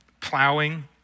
plowing